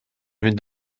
fynd